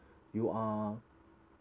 you are